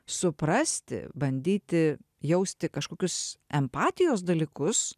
suprasti bandyti jausti kažkokius empatijos dalykus